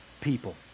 people